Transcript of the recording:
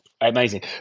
amazing